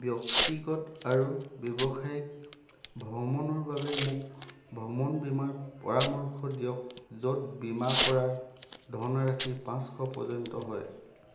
ব্যক্তিগত আৰু ব্যৱসায়িক ভ্ৰমণৰ বাবে মোক ভ্ৰমণ বীমাৰ পৰামৰ্শ দিয়ক য'ত বীমা কৰাৰ ধনৰাশি পাঁচশ পৰ্যন্ত হয়